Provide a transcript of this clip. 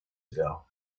ago